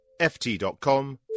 ft.com